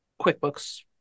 QuickBooks